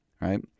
right